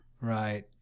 Right